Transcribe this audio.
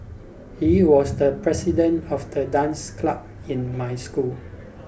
he was the president of the dance club in my school